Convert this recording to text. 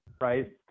right